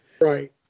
Right